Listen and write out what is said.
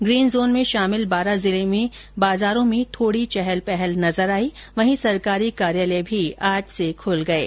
green zone में शामिल बारां जिले में बाजारों में थोड़ी चहल पहल नजर आयी वहीं सरकारी कार्यालय भी आज से खुल गए हैं